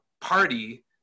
party